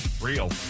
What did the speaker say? Real